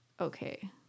okay